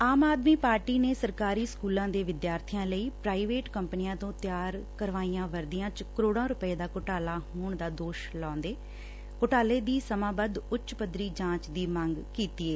ਆਮ Aadmi party ਨੇ ਸਰਕਾਰੀ ਸਕੁਲਾਂ ਦੇ ਵਿਦਿਆਰਥੀਆਂ ਲਈ ਪ੍ਰਾਈਵੇਟ ਕੰਪਨੀਆਂ ਤੋਂ ਤਿਆਰ ਕਰਵਾਈਆਂ ਵਰਦੀਆਂ ਚ ਕਰੋੜਾ ਰੂਪੈ ਦਾ ਘੁਟਾਲਾ ਹੋਣ ਦਾ ਦੋਸ਼ ਲਾਉਦਿਆਂ ਘੁਟਾਲੇ ਦੀ ਸਮਾਬੱਧ ਉੱਚ ਪੱਧਰੀ ਜਾਂਚ ਦੀ ਮੰਗ ਕੀਡੀ ਏ